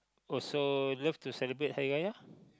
also love to celebrate Hari-Raya